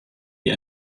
die